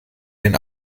den